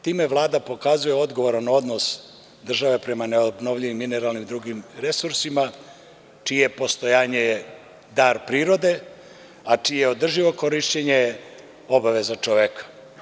Time Vlada pokazuje odgovoran odnos države prema neobnovljivim drugim mineralnim resursima čije je postojanje dar prirode, a čije održivo korišćenje je obaveza čoveka.